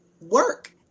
work